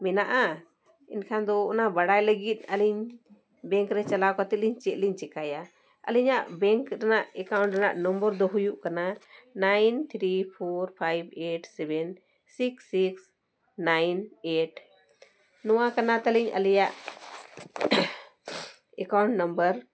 ᱢᱮᱱᱟᱜᱼᱟ ᱮᱱᱠᱷᱟᱱ ᱫᱚ ᱚᱱᱟ ᱵᱟᱲᱟᱭ ᱞᱟᱹᱜᱤᱫ ᱟᱞᱤᱧ ᱨᱮ ᱪᱟᱞᱟᱣ ᱠᱟᱛᱮᱫ ᱞᱤᱧ ᱪᱮᱫᱞᱤᱧ ᱪᱮᱠᱟᱭᱟ ᱟᱞᱤᱧᱟᱜ ᱨᱮᱱᱟᱜ ᱨᱮᱱᱟᱜ ᱫᱚ ᱦᱩᱭᱩᱜ ᱠᱟᱱᱟ ᱱᱚᱣᱟ ᱠᱟᱱᱟ ᱛᱟᱞᱤᱧ ᱟᱞᱮᱭᱟᱜ